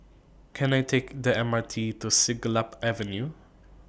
Can I Take The M R T to Siglap Avenue